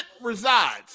resides